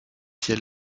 ciel